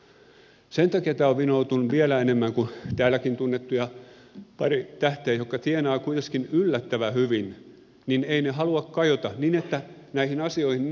sen takia tämä on vinoutunut vielä enemmän että on täälläkin tunnettuja tähtiä jotka tienaavat kuiteskin yllättävän hyvin eivät he halua kajota siihen